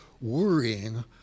worrying